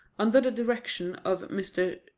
under the direction of mr.